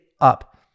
up